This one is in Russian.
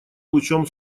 лучом